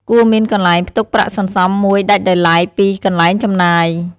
គួរមានកន្លែងផ្ទុកប្រាក់សន្សំមួយដាច់ដោយឡែកពីកន្លែងចំណាយ។